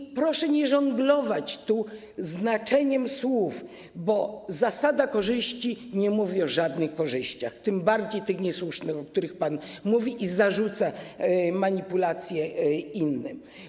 I proszę nie żonglować znaczeniem słów, bo zasada korzyści nie mówi o żadnych korzyściach, tym bardziej tych niesłusznych, o których pan mówi i zarzuca manipulację innym.